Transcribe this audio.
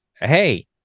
hey